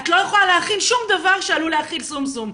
את לא יכולה להכין שום דבר שעלול להכיל שומשום.